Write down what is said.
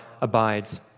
abides